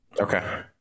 Okay